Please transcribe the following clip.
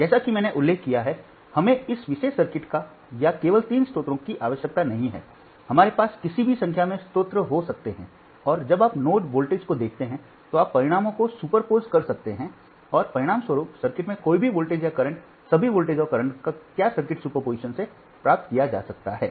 जैसा कि मैंने उल्लेख किया है हमें इस विशेष सर्किट या केवल तीन स्रोतों की आवश्यकता नहीं है हमारे पास किसी भी संख्या में स्रोत हो सकते हैं और जब आप नोड वोल्टेज को देखते हैं तो आप परिणामों को सुपरपोज कर सकते हैं और परिणामस्वरूप सर्किट में कोई भी वोल्टेज या करंट सभी वोल्टेज और करंट क्या सर्किट सुपरपोजिशन से प्राप्त किया जा सकता है